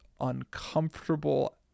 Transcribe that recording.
uncomfortable